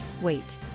Wait